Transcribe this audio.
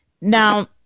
now